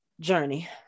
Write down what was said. journey